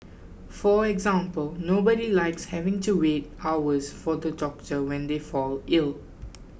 for example nobody likes having to wait hours for the doctor when they fall ill